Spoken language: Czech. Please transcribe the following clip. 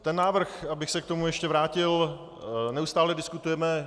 Ten návrh, abych se k tomu ještě vrátil, neustále diskutujeme.